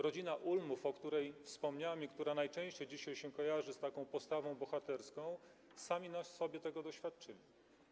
Rodzina Ulmów, o której wspomniałem i która najczęściej dzisiaj się kojarzy z taką postawą bohaterską, sama na sobie tego doświadczyła.